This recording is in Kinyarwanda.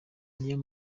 niyo